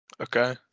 Okay